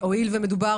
הואיל ומדובר